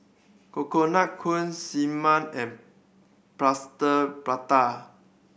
Coconut Kuih Siew Mai and Plaster Prata